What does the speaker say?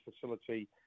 facility